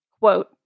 Quote